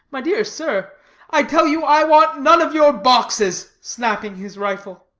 my dear sir i tell you i want none of your boxes, snapping his rifle.